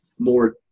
More